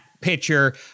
pitcher